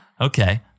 Okay